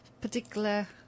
particular